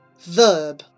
verb